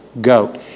goat